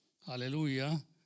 Aleluya